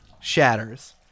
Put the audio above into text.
shatters